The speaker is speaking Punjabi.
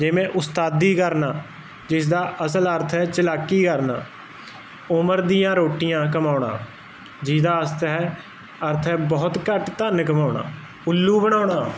ਜਿਵੇਂ ਉਸਤਾਦੀ ਕਰਨਾ ਜਿਸਦਾ ਅਸਲ ਅਰਥ ਹੈ ਚਲਾਕੀ ਕਰਨਾ ਉਮਰ ਦੀਆਂ ਰੋਟੀਆਂ ਕਮਾਉਣਾ ਜਿਹਦਾ ਅਸਥ ਹੈ ਅਰਥ ਹੈ ਬਹੁਤ ਘੱਟ ਧਨ ਕਮਾਉਣਾ ਉੱਲੂ ਬਣਾਉਣਾ